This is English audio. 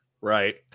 right